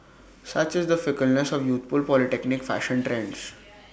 such is the fickleness of youthful polytechnic fashion trends